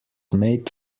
made